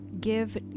Give